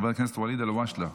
חבר הכנסת וליד אלהואשלה,